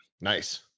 Nice